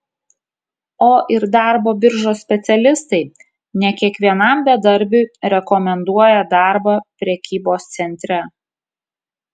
o ir darbo biržos specialistai ne kiekvienam bedarbiui rekomenduoja darbą prekybos centre